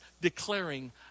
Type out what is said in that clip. declaring